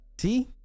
See